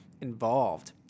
involved